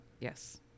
Yes